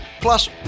Plus